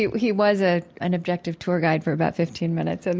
yeah he was ah an objective tour guide for about fifteen minutes. and